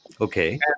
Okay